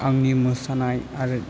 आंनि मोसानाय आरो